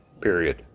Period